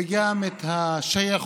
וגם את השייכות